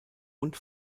und